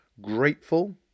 Grateful